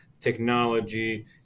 technology